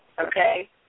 okay